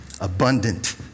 Abundant